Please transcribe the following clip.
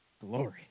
Glory